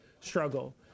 struggle